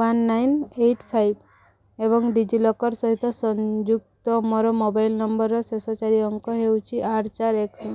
one nine eight five ଏବଂ DigiLocker ସହିତ ସଂଯୁକ୍ତ ମୋର ମୋବାଇଲ୍ ନମ୍ବର୍ର ଶେଷ ଚାରି ଅଙ୍କ ହେଉଛି ଆଠ ଚାରି ଏକ ଶୂନ